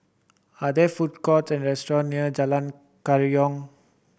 are there food courts and restaurant near Jalan Kerayong